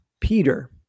Peter